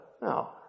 no